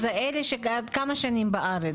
אלה שכמה שנים בארץ?